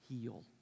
heal